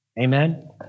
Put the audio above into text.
Amen